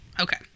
Okay